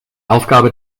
aufgabe